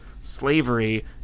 slavery